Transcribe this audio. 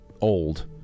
old